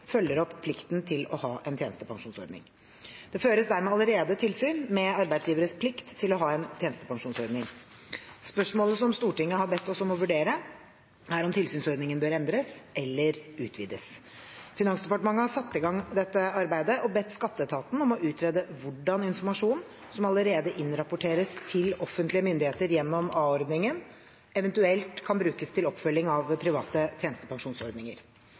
følger opp plikten til å ha en tjenestepensjonsordning. Det føres dermed allerede tilsyn med arbeidsgiveres plikt til å ha en tjenestepensjonsordning. Spørsmålet som Stortinget har bedt oss om å vurdere, er om tilsynsordningen bør endres eller utvides. Finansdepartementet har satt i gang dette arbeidet og bedt skatteetaten om å utrede hvordan informasjon som allerede innrapporteres til offentlige myndigheter gjennom a-ordningen, eventuelt kan brukes til oppfølging av private tjenestepensjonsordninger.